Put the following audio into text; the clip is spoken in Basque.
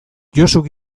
josuk